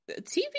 TV